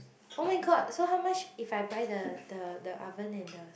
[oh]-my-god so how much if I buy the the the oven and the